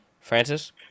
Francis